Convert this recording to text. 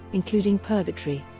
including purgatory.